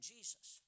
Jesus